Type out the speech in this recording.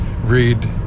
read